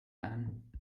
ann